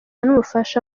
n’umufasha